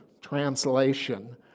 Translation